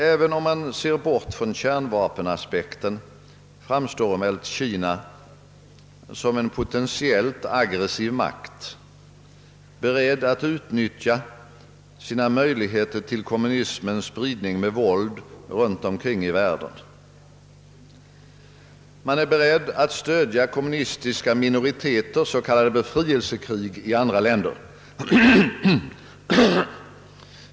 Även om man bortser från kärnvapenaspekten framstår emellertid Kina som en potentiellt aggressiv makt, beredd att utnyttja sina möjligheter till kommunismens spridning med våld runt om i världen. Man är beredd att stödja kommunistiska minoriteters s.k. befrielsekrig i andra länder.